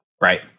Right